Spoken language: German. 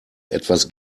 etwas